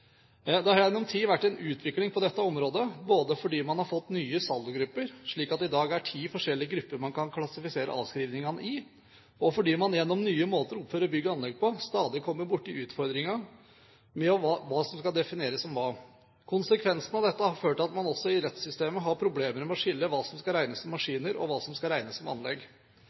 Det har gjennom tid vært en utvikling på dette området, både fordi man har fått nye saldogrupper, slik at det i dag er ti forskjellige grupper man kan klassifisere avskrivningene i, og fordi man gjennom nye måter å oppføre bygg og anlegg på stadig kommer borti utfordringer med hva som skal defineres som hva. Konsekvensen av dette har vært at man også i rettssystemet har problemer med å skille mellom hva som skal regnes som maskiner, og hva som skal regnes som anlegg.